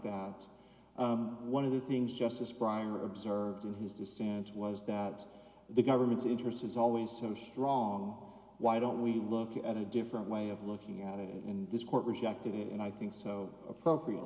that one of the things justice brier observed in his dissent was that the government's interest is always so strong why don't we look at a different way of looking at it and this court rejected it and i think so appropriate